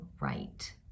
right